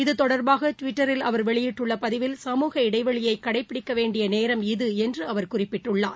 இது தொடர்பாகடுவிட்டரில் அவர் வெளியிட்டுள்ளபதிவில் சமூக இடைவெளியைகடைபிடிக்கவேண்டியநேரம் இது என்றுஅவர் குறிப்பிட்டுள்ளார்